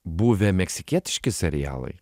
buvę meksikietiški serialai